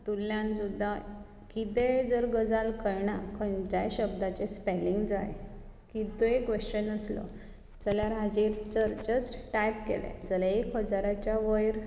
हातूंतल्यान सुद्दा कितेंय जर गजाल कळना खंयच्याय शब्दाचें स्पॅलिंग जाय कितेंय क्वेश्चन आसलो जाल्यार हाचेर जस्ट टायप केलें जाल्यार एक हजाराच्या वयर